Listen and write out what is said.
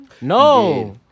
No